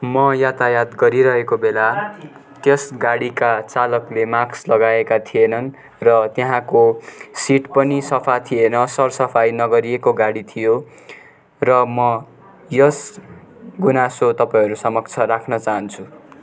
म यातायात गरिरहेको बेला त्यस गाडीका चालकले मास्क लगाएका थिएनन् र त्यहाँको सिट पनि सफा थिएन सरसफाई नगरिएको गाडी थियो र म यस गुनासो तपाईँहरू समक्ष राख्न चाहन्छु